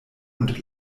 und